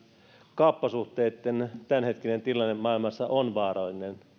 kauppasuhteitten tämänhetkinen tilanne maailmassa on vaarallinen